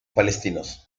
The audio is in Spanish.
palestinos